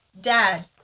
Dad